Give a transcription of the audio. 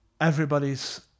everybody's